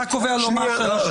עכשיו אתה קובע לו מה השאלה?